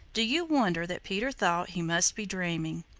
do you wonder that peter thought he must be dreaming?